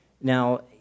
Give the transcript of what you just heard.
Now